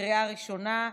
לקריאה ראשונה.